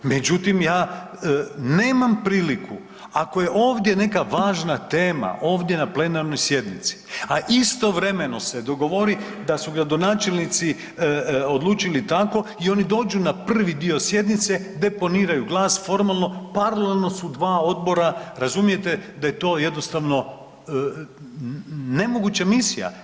Međutim, ja nemam priliku ako je ovdje neka važna tema, ovdje na plenarnoj sjednici, a istovremeno se dogovori da su gradonačelnici odlučili tako i oni dođu na prvi dio sjednice, deponiraju glas formalno, paralelno su dva odbora, razumijete da je to jednostavno nemoguća misija.